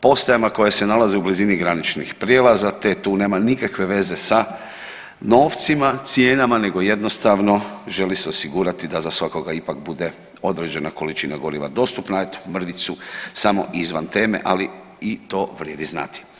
postajama koje se nalaze u blizini graničnih prijelaza, te tu nema nikakve veze sa novcima i cijenama nego jednostavno želi se osigurati da za svakoga ipak bude određena količina goriva dostupna, eto mrvicu samo izvan teme, ali i to vrijedi znati.